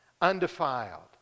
undefiled